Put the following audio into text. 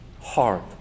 hard